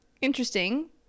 interesting